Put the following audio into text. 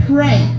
Pray